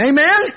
Amen